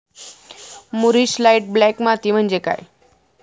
मूरिश light black माती म्हणजे काय?